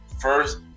first